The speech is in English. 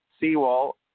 seawall